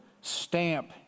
stamp